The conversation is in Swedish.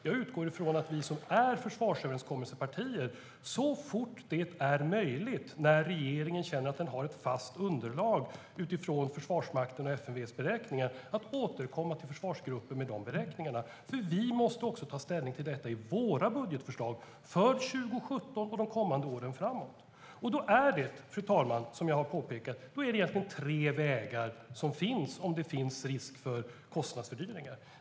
Jag utgår från att regeringen så fort det är möjligt och när den känner att den har ett fast underlag utifrån Försvarsmaktens och FMV:s beräkningar återkommer med dem till oss försvarsöverenskommelsepartier och till försvarsgruppen. Vi måste ta ställning till detta i våra budgetförslag för 2017 och de kommande åren framöver. Fru talman! Som jag har påpekat finns det egentligen tre vägar, om det finns risk för kostnadsfördyringar.